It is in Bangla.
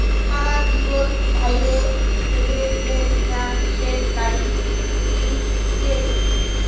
সারা জীবল ধ্যইরে চলে যে বীমা সেট লাইফ ইলসুরেল্স